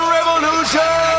Revolution